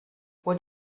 what